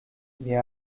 wir